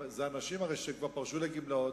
זה הרי אנשים שכבר פרשו לגמלאות,